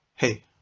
Hey